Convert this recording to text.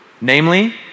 namely